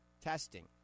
testing